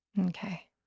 okay